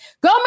Go